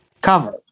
cover